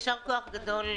יישר-כוח גדול,